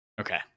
Okay